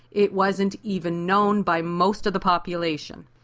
it wasn't even known by most of the population.